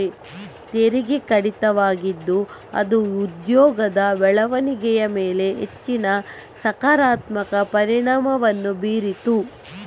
ತೆರಿಗೆ ಕಡಿತವಾಗಿದ್ದು ಅದು ಉದ್ಯೋಗದ ಬೆಳವಣಿಗೆಯ ಮೇಲೆ ಹೆಚ್ಚಿನ ಸಕಾರಾತ್ಮಕ ಪರಿಣಾಮವನ್ನು ಬೀರಿತು